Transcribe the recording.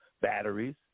batteries